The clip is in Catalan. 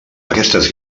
aquestes